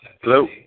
Hello